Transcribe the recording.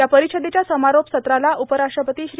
या परिषदेच्या समारोप सत्राला उपराष्ट्रपती श्री